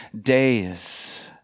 days